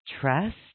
trust